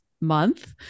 month